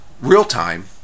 real-time